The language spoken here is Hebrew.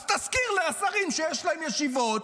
אז תזכיר לשרים שיש להם ישיבות,